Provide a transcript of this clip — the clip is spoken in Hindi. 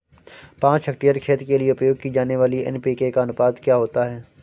पाँच हेक्टेयर खेत के लिए उपयोग की जाने वाली एन.पी.के का अनुपात क्या होता है?